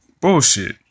bullshit